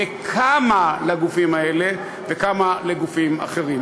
וכמה לגופים האלה וכמה לגופים אחרים,